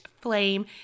flame